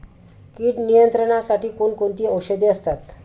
कीड नियंत्रणासाठी कोण कोणती औषधे असतात?